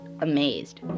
amazed